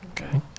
Okay